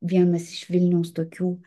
vienas iš vilniaus tokių